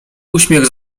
uśmiech